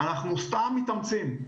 אנחנו סתם מתאמצים.